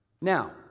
Now